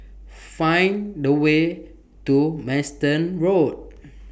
Find The Way to Manston Road